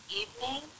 evening